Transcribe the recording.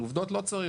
על עובדות לא צריך.